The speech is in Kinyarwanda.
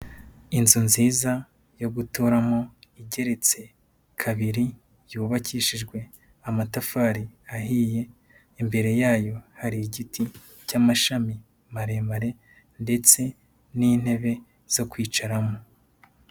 Inzu nziza yo guturamo, igeretse kabiri, yubakishijwe amatafari ahiye, imbere yayo hari igiti cy'amashami maremare, ndetse n'intebe zo kwicaramo.